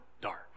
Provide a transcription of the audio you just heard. dark